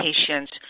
patients